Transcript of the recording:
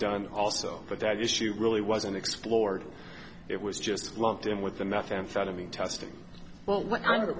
done also but that issue really wasn't explored it was just lumped in with the methamphetamine testing well what kind of